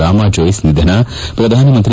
ರಾಮಾ ಜೋಯಿಸ್ ನಿಧನ ಪ್ರಧಾನಮಂತ್ರಿ